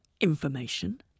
information